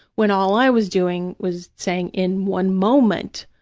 when all i was doing was saying in one moment,